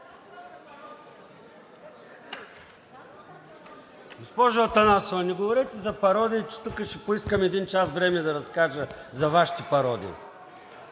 Госпожо Атанасова, не говорете за пародия, че тук ще поискам един час време да разкажа за Вашите пародии.